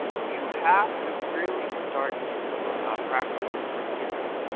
you have to really start to practice forgiveness.